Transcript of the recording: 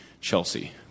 Chelsea